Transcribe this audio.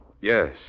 yes